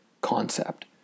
concept